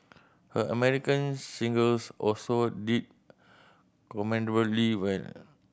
her American singles also did commendably well